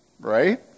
Right